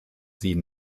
sie